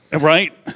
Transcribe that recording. Right